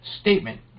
statement